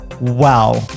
wow